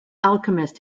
alchemist